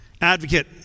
Advocate